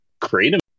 creative